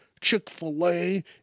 Chick-fil-A